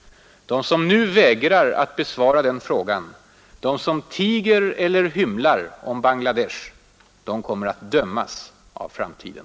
De som nu vägrar att besvara den frågan, de som tiger eller hymlar om Bangla Desh, kommer att dömas av framtiden.